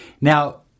Now